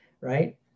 right